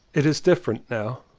it is different now.